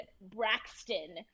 Braxton